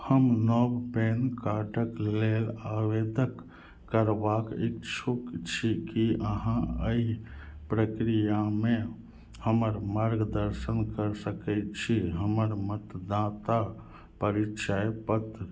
हम नव पैन कार्डक लेल आवेदन करबाक इच्छुक छी कि अहाँ एहि प्रक्रियामे हमर मार्गदर्शन कऽ सकै छी हमर मतदाता परिचय पत्र